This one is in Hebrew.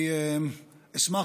אני אשמח.